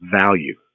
value